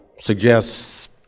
suggests